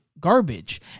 garbage